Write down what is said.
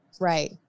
Right